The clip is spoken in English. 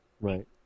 Right